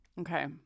Okay